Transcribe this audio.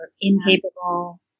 Incapable